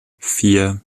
vier